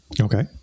Okay